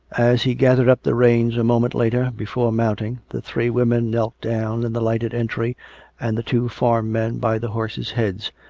as he gathered up the reins a moment later, before mount ing, the three women kneeled down in the lighted entry and the two farm-men by the horses' heads,